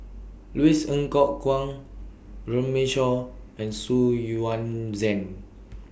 Louis Ng Kok Kwang Runme Shaw and Xu Yuan Zhen